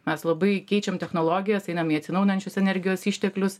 mes labai keičiam technologijas einam į atsinaujinančius energijos išteklius